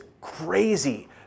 crazy